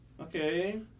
Okay